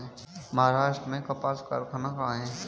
महाराष्ट्र में कपास कारख़ाना कहाँ है?